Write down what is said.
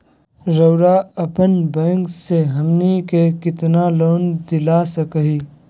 रउरा अपन बैंक से हमनी के कितना लोन दिला सकही?